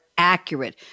Accurate